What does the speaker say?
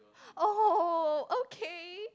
oh okay